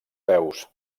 peus